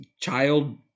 child